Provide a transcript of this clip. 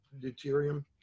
deuterium